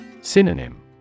Synonym